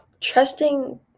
trusting